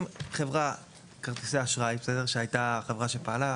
בהנחה ש"ישראכרט" תחזור להיות תאגיד עזר,